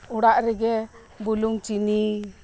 ᱚᱲᱟᱜ ᱨᱮᱜᱮ ᱵᱩᱞᱩᱝ ᱪᱤᱱᱤ